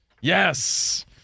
yes